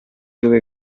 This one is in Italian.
dove